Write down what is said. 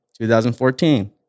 2014